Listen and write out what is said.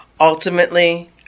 ultimately